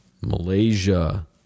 Malaysia